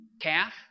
calf